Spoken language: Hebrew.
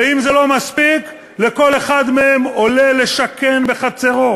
ואם זה לא מספיק, לכל אחד מהם עולה לשכן בחצרו